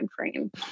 timeframe